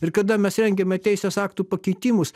ir kada mes rengiame teisės aktų pakeitimus